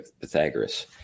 Pythagoras